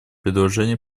предложение